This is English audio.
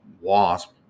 wasp